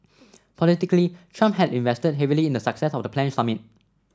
politically Trump had invested heavily in the success of the planned summit